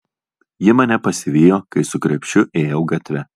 ji mane pasivijo kai su krepšiu ėjau gatve